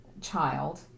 child